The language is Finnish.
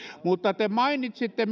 kiuru te mainitsitte